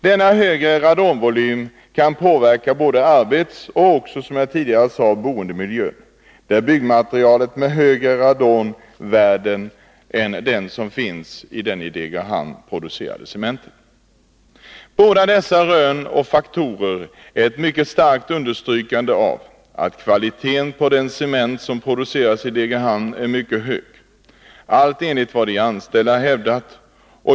Denna högre radonvolym kan påverka både arbetsmiljön och också, som jag tidigare sade, boendemiljön, där det används byggmaterial med högre radonvärden än vad den i Degerhamn producerade cementen har. Att anföra båda dessa rön och faktorer innebär ett mycket starkt understrykande av att kvaliteten på den cement som produceras i Degerhamn är mycket hög — allt enligt vad de anställda hävdat.